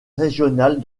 régionales